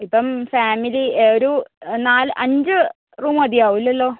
ഇപ്പം ഫാമിലി ഒരു നാല് അഞ്ചു റൂം മതിയാവില്ലല്ലോ